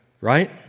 Right